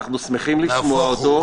אנחנו שמחים לשמוע אותו.